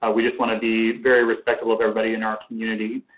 ah we just want to be very respectable of everybody in our community.